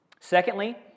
Secondly